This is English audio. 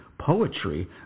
poetry